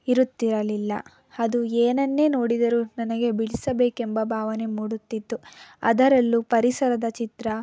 ಇರುತ್ತಿರಲಿಲ್ಲ ಅದು ಏನನ್ನೇ ನೋಡಿದರು ನನಗೆ ಬಿಡಿಸಬೇಕೆಂಬ ಭಾವನೆ ಮೂಡುತ್ತಿತ್ತು ಅದರಲ್ಲೂ ಪರಿಸರದ ಚಿತ್ರ